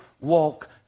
walk